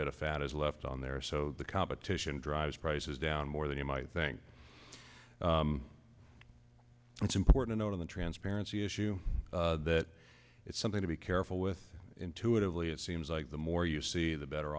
bit of fat is left on there so the competition drives prices down more than you might think it's important on the transparency issue that it's something to be careful with intuitively it seems like the more you see the better